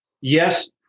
Yes